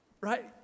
Right